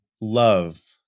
love